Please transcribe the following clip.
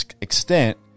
extent